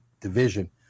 division